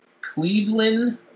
Cleveland